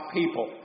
people